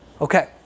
Okay